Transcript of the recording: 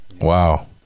wow